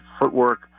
footwork